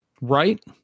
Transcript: right